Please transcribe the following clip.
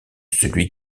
celui